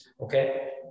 Okay